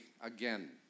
again